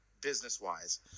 business-wise